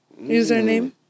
username